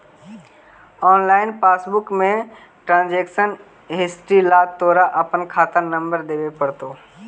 online passbook में transaction history ला तोरा अपना खाता नंबर देवे पडतो